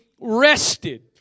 rested